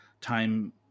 time